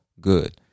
good